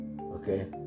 Okay